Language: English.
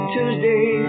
Tuesday